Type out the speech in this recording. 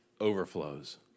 overflows